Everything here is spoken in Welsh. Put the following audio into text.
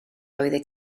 oeddet